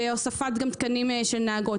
בהוספת תקנים של נהגות.